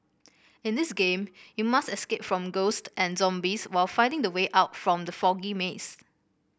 in this game you must escape from ghost and zombies while finding the way out from the foggy maze